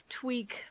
tweak